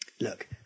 Look